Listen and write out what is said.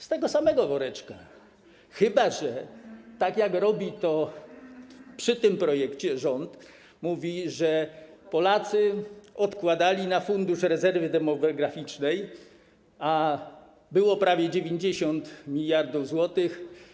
Z tego samego woreczka, chyba że tak jak robi przy tym projekcie rząd, mówi że Polacy odkładali na Fundusz Rezerwy Demograficznej, a było prawie 90 mld zł.